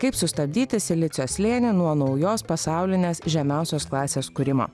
kaip sustabdyti silicio slėnį nuo naujos pasaulinės žemiausios klasės kūrimo